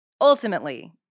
Ultimately